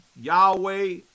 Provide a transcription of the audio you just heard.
Yahweh